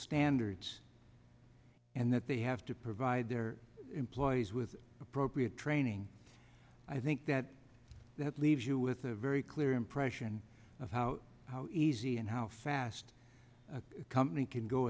standards and that they have to provide their employees with appropriate training i think that that leaves you with a very clear impression of how easy and how fast company can go